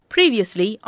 Previously